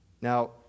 Now